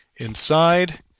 Inside